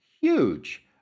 huge